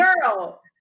girl